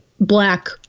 black